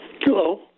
Hello